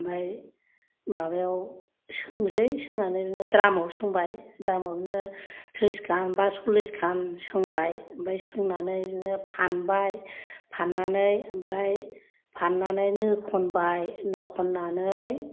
ओमफ्राय माबायाव सोंनोसै सोंनानै माबायाव द्रामाव सोंबाय द्रामाव बिदिनो ट्रिसखान बा सललिसखान सोंबाय ओमफ्राय सोंनानै बिदिनो फानबाय फाननानै ओमफ्राय फाननानै नो खनबाय नो खननानै